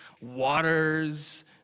waters